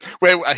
wait